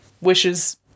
wishes